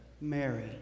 Mary